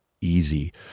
easy